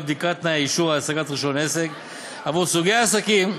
בדיקת תנאי אישור להשגת רישיון עסק עבור סוגי עסקים